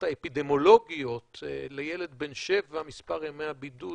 התובנות האפידמיולוגיות לילד בן שבע מספר ימי הבידוד